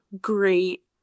great